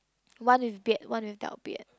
one with beard one without beard